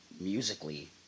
musically